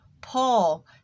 Paul